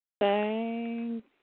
Thank